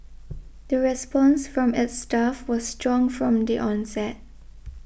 the response from its staff was strong from the onset